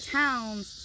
towns